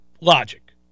logic